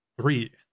three